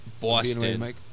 Boston